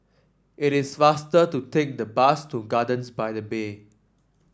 it is faster to take the bus to Gardens by the Bay